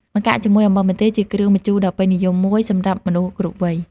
ម្កាក់ជាមួយអំបិលម្ទេសជាគ្រឿងម្ជូរដ៏ពេញនិយមមួយសម្រាប់មនុស្សគ្រប់វ័យ។